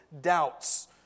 doubts